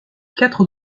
quatre